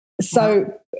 So-